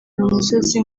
umusozi